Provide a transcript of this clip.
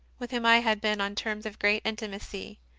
with whom i had been on terms of great intimacy.